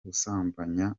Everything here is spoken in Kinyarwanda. gusambanya